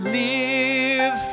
live